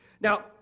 now